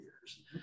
years